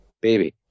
baby